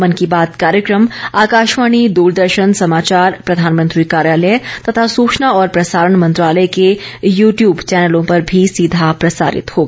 मन की बात कार्यक्रम आकाशवाणी दूरदर्शन समाचार प्रधानमंत्री कार्यालय तथा सूचना और प्रसारण मंत्रालय के यूट्यूब चैनलों पर भी सीधा प्रसारित होगा